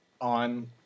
on